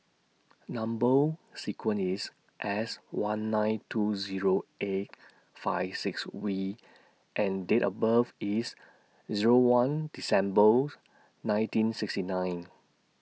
Number sequence IS S one nine two Zero eight five six V and Date of birth IS Zero one Decembers nineteen sixty nine